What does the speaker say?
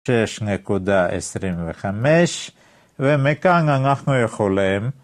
שש נקודה עשרים וחמש ומכאן אנחנו יכולים